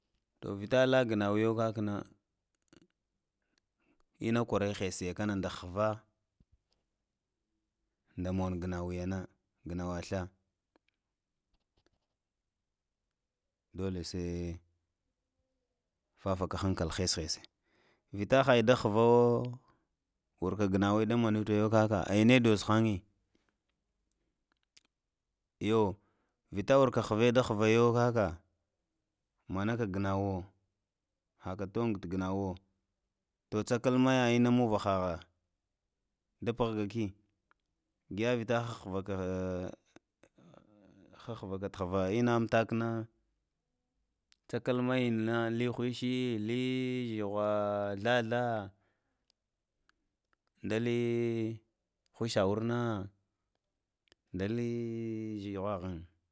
To vita la gnago kakna ina kwaral hesa kna nda hva nda mon gnau yanan, ganawa sla dole se i, dafaka hankal hes, hesei vita hai nda hvawo, wurka ganau nda manu ta kakā aya no doz hānyi ayo vita wurka vtvayo kaka mana ka ganawo, haka toh ganawo to tsakal maya ina muhvah da puhagaki, gye vita hahvaka hahvaka ina, mtakna tsakal mayin na li kheshi li zhegwar sla sla ndali khesha wurna ndali zhegwa ghan